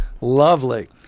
Lovely